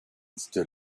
stood